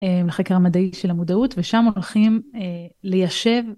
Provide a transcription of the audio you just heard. לחקר המדעי של המודעות, ושם הולכים ליישב.